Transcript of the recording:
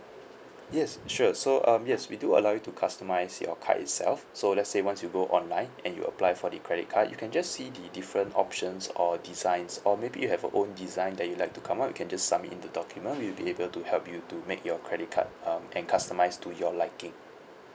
yes sure so um yes we do allow you to customise your card itself so let's say once you go online and you apply for the credit card you can just see the different options or designs or maybe you have your own design that you would like to come up you can just submit in the document we'll be able to help you to make your credit card um and customise to your liking